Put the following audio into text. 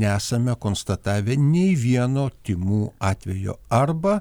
nesame konstatavę nei vieno tymų atvejo arba